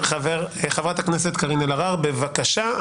חברת הכנסת קארין אלהרר, בבקשה.